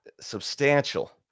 substantial